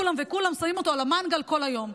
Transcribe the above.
כולם וכולם שמים אותו על המנגל כל היום.